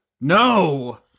No